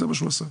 זה מה שהוא עשה.